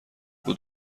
بود